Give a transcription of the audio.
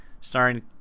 starring